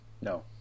no